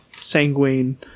sanguine